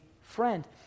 friend